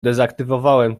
dezaktywowałem